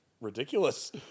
ridiculous